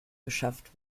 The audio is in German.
geschafft